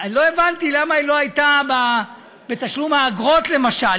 לא הבנתי למה היא לא הייתה בתשלום האגרות למשל.